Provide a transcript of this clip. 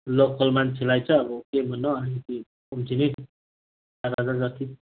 local मान्छेलाई चाहिँ अब त्योभन्दा पनि अलिकति कम्ती नै चार हजार जति